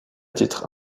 titre